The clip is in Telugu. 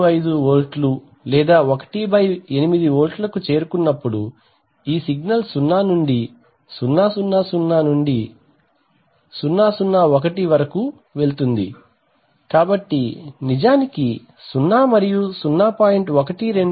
125 వోల్ట్లు లేదా 18 వోల్ట్లకు చేరుకున్నప్పుడు ఈ సిగ్నల్ 0 నుండి 000 నుండి 001 వరకు వెళుతుంది కాబట్టి నిజానికి 0 మరియు 0